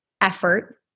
effort